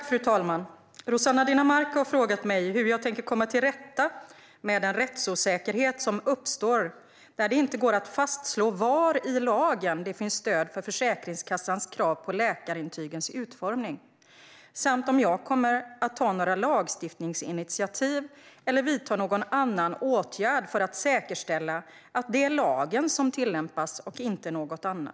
Fru talman! Rossana Dinamarca har frågat mig hur jag tänker komma till rätta med den rättsosäkerhet som uppstår när det inte går att fastslå var i lagen det finns stöd för Försäkringskassans krav på läkarintygens utformning. Hon har också frågat om jag kommer att ta några lagstiftningsinitiativ eller vidta någon annan åtgärd för att säkerställa att det är lagen som tillämpas och inte något annat.